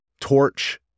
torch